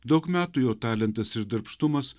daug metų jo talentas ir darbštumas